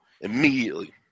Immediately